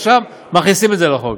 עכשיו מכניסים את זה לחוק.